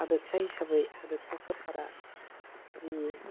हादोरसा हिसाबै हादोरसा सरकारा जि